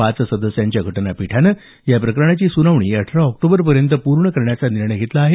पाच सदस्यांच्या घटनापीठानं या प्रकरणाची सुनावणी अठरा ऑक्टोबरपर्यंत पूर्ण करण्याचा निर्णय घेतला आहे